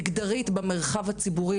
מגדרית במרחב הציבורי,